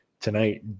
tonight